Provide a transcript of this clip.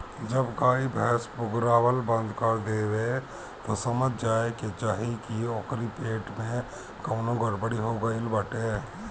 जब गाई भैस पगुरावल बंद कर देवे तअ समझ जाए के चाही की ओकरी पेट में कवनो गड़बड़ी हो गईल बाटे